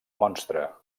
monstre